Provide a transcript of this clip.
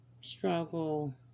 struggle